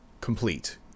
complete